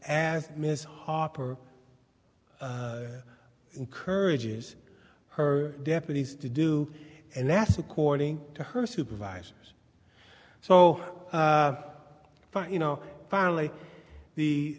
as mrs harper encourages her deputies to do and that's according to her supervisors so far you know finally the